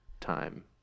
time